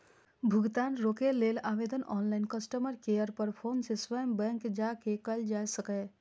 भुगतान रोकै लेल आवेदन ऑनलाइन, कस्टमर केयर पर फोन सं स्वयं बैंक जाके कैल जा सकैए